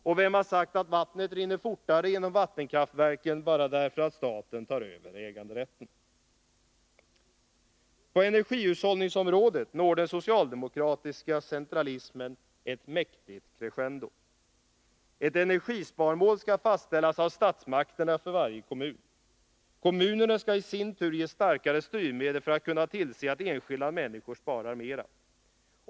Och vem har sagt att vattnet rinner fortare genom vattenkraftverken bara därför att staten tar över äganderätten? På energihushållningsområdet når den socialdemokratiska centralismen ett mäktigt crescendo. Ett energisparmål skall fastställas av statsmakterna för varje kommun. Kommunerna skall i sin tur ges starkare styrmedel för att kunna tillse att enskilda människor sparar mera.